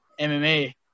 MMA